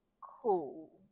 Cool